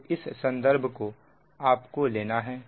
तो इस संदर्भ बस को आपको लेना है